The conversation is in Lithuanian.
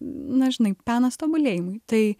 na žinai penas tobulėjimui tai